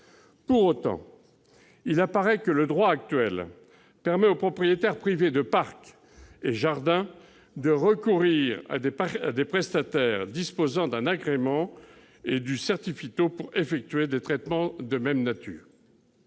Pour autant, il apparaît que le droit actuel permet aux propriétaires privés de parcs et jardins de recourir à des prestataires disposant d'un agrément et du certificat individuel de produits phytopharmaceutiques,